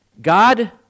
God